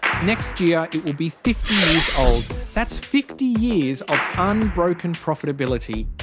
next year it will be fifty years old. that's fifty years of unbroken profitability.